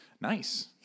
nice